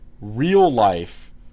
real-life